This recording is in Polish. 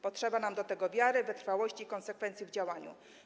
Potrzeba nam do tego wiary, wytrwałości i konsekwencji w działaniu.